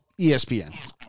ESPN